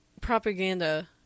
propaganda